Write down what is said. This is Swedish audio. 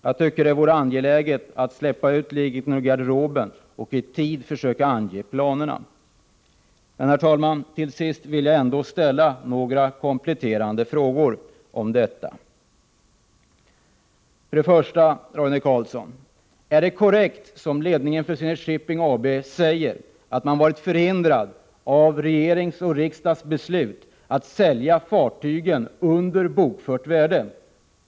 Jag tycker att det vore angeläget att släppa ut liken ur garderoben och i tid försöka ange planerna! Herr talman! Till sist vill jag ändå ställa några kompletterande frågor: Är det korrekt, som ledningen för Zenit Shipping AB säger, att man varit förhindrad av regeringens och riksdagens beslut att sälja fartygen under bokfört värde?